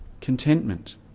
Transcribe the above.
contentment